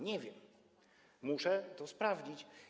Nie wiem, muszę to sprawdzić.